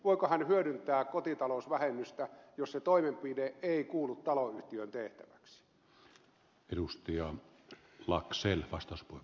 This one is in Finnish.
voiko hän hyödyntää kotitalousvähennystä jos se toimenpide ei kuulu taloyhtiön tehtäväksi edusti on laxin vastaus voi